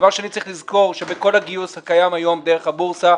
2. צריך לזכור שבכל הגיוס הקיים היום דרך הבורסה,